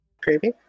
Creepy